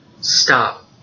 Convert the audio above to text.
stop